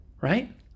right